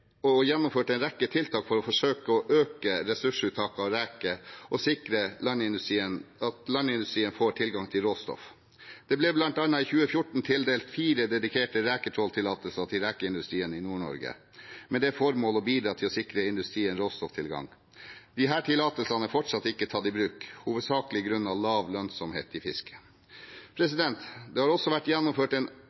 og gjennomført en rekke tiltak for å forsøke å øke ressursuttaket av reker og sikre at landindustrien får tilgang på råstoff. Det ble bl.a. i 2014 tildelt fire dedikerte reketråltillatelser til rekeindustrien i Nord-Norge med det formål å bidra til å sikre industrien råstofftilgang. Disse tillatelsene er ennå ikke tatt i bruk, hovedsakelig grunnet lav lønnsomhet i fisket. Det har også vært gjennomført